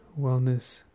wellness